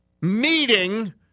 meeting